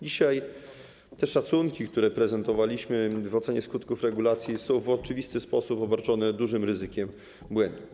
Dzisiaj te szacunki, które prezentowaliśmy w ocenie skutków regulacji, są w oczywisty sposób obarczone dużym ryzykiem błędu.